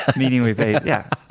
ah meaning we pay yeah.